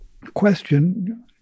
Question